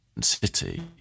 City